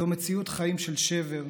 זו מציאות חיים של שבר,